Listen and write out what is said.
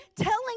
telling